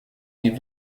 die